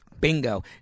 Bingo